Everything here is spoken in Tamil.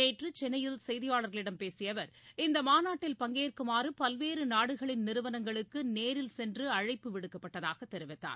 நேற்று சென்னையில் செய்தியாளர்களிடம் பேசிய அவர் இந்த மாநாட்டில் பங்கேற்குமாறு பல்வேறு நாடுகளின் நிறுவனங்களுக்கு நேரில் சென்று அழைப்பு விடுக்கப்பட்டதாக தெரிவித்தார்